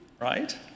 Right